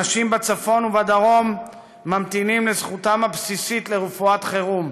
אנשים בצפון ובדרום ממתינים לזכותם הבסיסית לרפואת חירום,